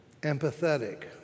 empathetic